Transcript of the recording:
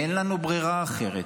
אין לנו ברירה אחרת.